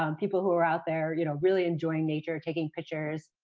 um people who are out there you know really enjoying nature, taking pictures,